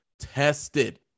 tested